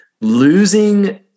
losing